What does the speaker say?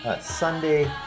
Sunday